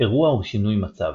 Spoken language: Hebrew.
אירוע הוא שינוי מצב.